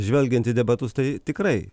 žvelgiant į debatus tai tikrai